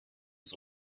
its